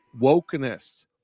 wokeness